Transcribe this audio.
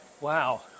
wow